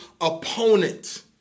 opponent